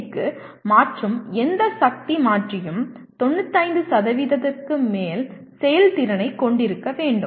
க்கு மாற்றும் எந்த சக்தி மாற்றியும் 95 க்கு மேல் செயல்திறனைக் கொண்டிருக்க வேண்டும்